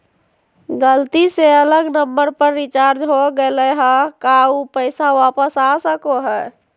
गलती से अलग नंबर पर रिचार्ज हो गेलै है का ऊ पैसा वापस आ सको है?